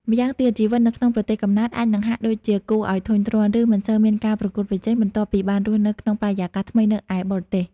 ម្យ៉ាងទៀត ជីវិតនៅក្នុងប្រទេសកំណើតអាចនឹងហាក់ដូចជាគួរឱ្យធុញទ្រាន់ ឬមិនសូវមានការប្រកួតប្រជែង បន្ទាប់ពីបានរស់នៅក្នុងបរិយាកាសថ្មីនៅឯបរទេស។